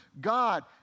God